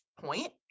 point